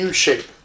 U-shape